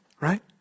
right